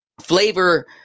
flavor